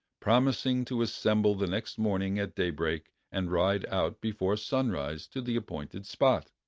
promising to assemble the next morning at daybreak and ride out before sunrise to the appointed spot.